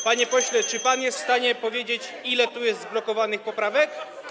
Panie pośle, czy jest pan w stanie powiedzieć, ile tu jest zblokowanych poprawek?